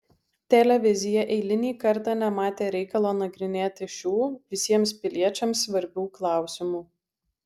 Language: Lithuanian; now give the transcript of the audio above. televizija eilinį kartą nematė reikalo nagrinėti šių visiems piliečiams svarbių klausimų